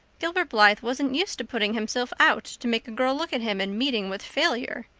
gilbert blythe wasn't used to putting himself out to make a girl look at him and meeting with failure.